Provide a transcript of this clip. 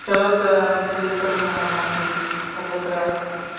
सर्वत्र पुलिस् कर्मिणः भवन्ति सर्वत्र